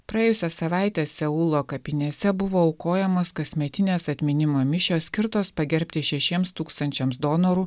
praėjusią savaitę seulo kapinėse buvo aukojamos kasmetinės atminimo mišios skirtos pagerbti šešiems tūkstančiams donorų